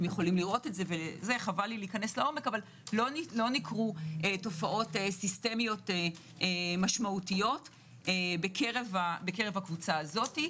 לא ניכרו תופעות סיסטמיות משמעותיות בקרב הקבוצה הזאת.